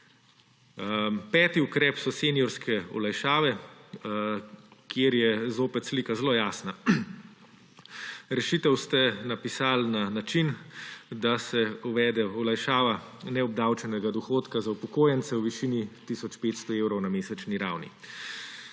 Peti ukrep so seniorske olajšave, kjer je zopet slika zelo jasna. Rešitev ste napisali na način, da se uvede olajšava neobdavčenega dohodka za upokojence v višini tisoč 500 evrov na mesečni ravni.